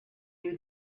you